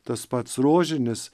tas pats rožinis